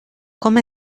come